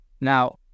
Now